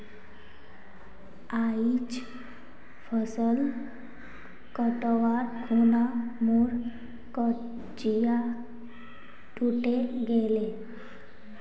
आइज फसल कटवार खूना मोर कचिया टूटे गेले